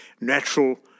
natural